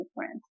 different